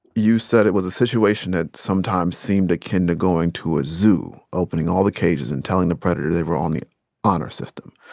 you said it was a situation that sometimes seemed akin to going to a zoo, opening all the cages and telling the predator they were on the honor system.